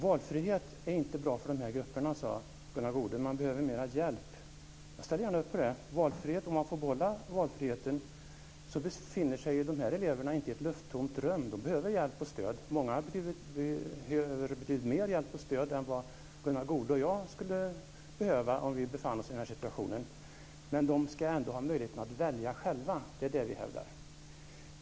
Valfrihet är inte bra för de här grupperna, sade Gunnar Goude. Man behöver mer hjälp. Jag ställer gärna upp på det. Om man får behålla valfriheten befinner sig ju dessa elever inte i ett lufttomt rum. De behöver hjälp och stöd. Många behöver betydligt mer hjälp och stöd än vad Gunnar Goude och jag skulle behöva om vi befann oss i den här situationen. Men de ska ändå ha möjligheten att välja själva. Det är det vi hävdar.